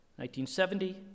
1970